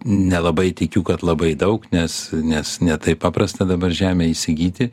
nelabai tikiu kad labai daug nes nes ne taip paprasta dabar žemę įsigyti